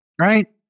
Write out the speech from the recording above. Right